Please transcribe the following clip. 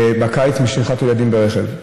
בקיץ, של שכיחת ילדים ברכב.